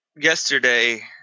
Yesterday